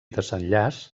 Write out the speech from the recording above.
desenllaç